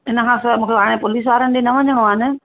इन खां सवाइ मूंखे हाणे पुलिस वारनि ॾे न वञिणो आहे न